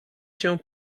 się